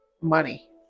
money